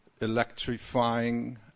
electrifying